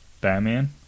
Batman